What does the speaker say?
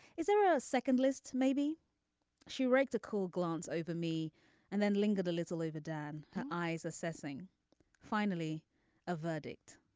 is there a second list. maybe she raised a cool glance over me and then lingered a little over dan her eyes assessing finally a verdict.